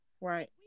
Right